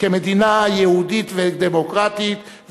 כמדינה יהודית ודמוקרטית,